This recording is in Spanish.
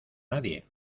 nadie